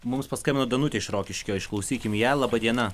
mums paskambino danutė iš rokiškio išklausykim ją laba diena